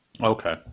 Okay